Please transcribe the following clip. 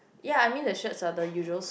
ya I mean the shirts are the usuals